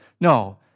No